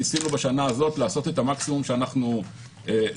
ניסינו בשנה הזאת לעשות את המקסימום שאנחנו יכולים,